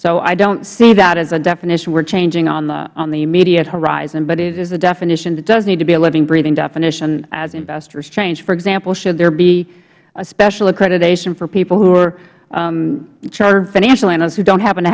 so i don't see that as a definition we're changing on the immediate horizon but it is a definition that does need to be a living breathing definition as investors change for example should there be a special accreditation for people who are chartered financial analysts who don't happen to